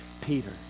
Peter